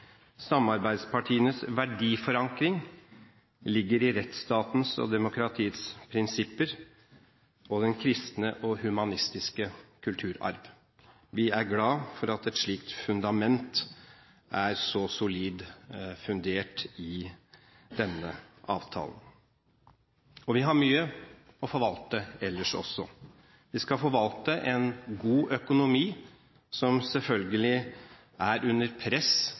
verdiforankring ligger i rettsstatens og demokratiets prinsipper, og den kristne og humanistiske kulturarv.» Vi er glad for at et slikt fundament er så solid fundert i denne avtalen. Vi har mye å forvalte ellers også. Vi skal forvalte en god økonomi, som selvfølgelig er under press